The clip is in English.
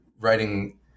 writing